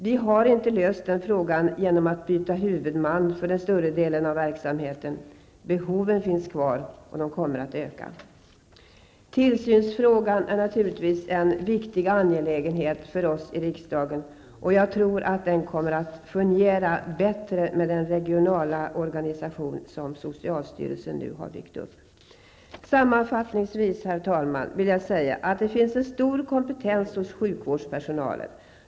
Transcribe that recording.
Vi har inte löst den frågan genom att vi bytt huvudman för den större delen av verksamheten, behoven finns kvar och kommer att öka. Tillsynsfrågan är naturligtvis en viktig angelägenhet för oss i riksdagen. Jag tror att tillsynen kommer att fungera bättre med den regionala organisation som socialstyrelsen har byggt upp. Sammanfattningsvis, herr talman, vill jag säga att det finns en stor kompetens hos sjukvårdspersonalen.